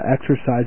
exercise